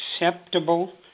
acceptable